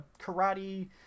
karate